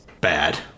bad